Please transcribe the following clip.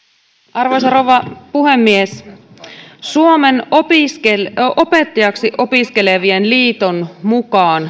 arvoisa rouva puhemies suomen opettajaksi opiskelevien liiton mukaan